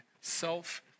self